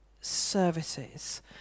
services